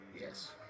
Yes